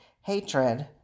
hatred